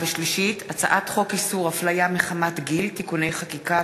הצעת חוק איסור הפליה מחמת גיל (תיקוני חקיקה),